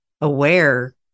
aware